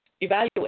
evaluate